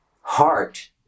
heart